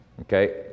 Okay